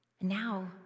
Now